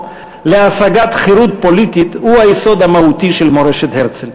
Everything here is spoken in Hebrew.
להשגת חירות פוליטית הוא היסוד המהותי של מורשת הרצל.